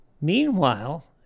Meanwhile